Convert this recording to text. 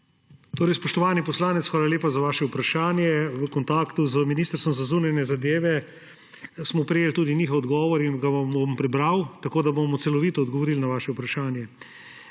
Spoštovani poslanec, hvala lepa za vaše vprašanje. V kontaktu z Ministrstvom za zunanje zadeve smo prejeli tudi njihov odgovor in vam ga bom prebral, tako da bomo celovito odgovorili na vaše vprašanje.